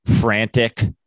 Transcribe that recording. frantic